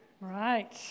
right